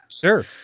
Sure